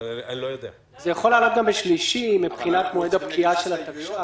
זה יכול לעלות גם בשלישי מבחינת מועד הפקיעה של התקש"ח.